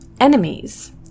enemies